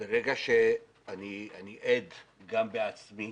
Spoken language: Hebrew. אני עד גם בעצמי,